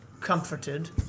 comforted